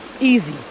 easy